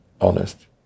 honest